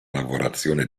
lavorazione